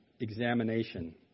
examination